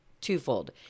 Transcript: twofold